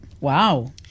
Wow